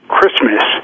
Christmas